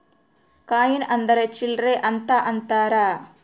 coin ಅಂದ್ರ ಚಿಲ್ಲರ್ ಅಂತ ಅಂತಾರ